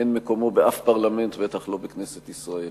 אין מקומו באף פרלמנט, בטח לא בכנסת ישראל.